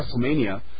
WrestleMania